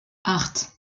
acht